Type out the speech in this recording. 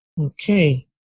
Okay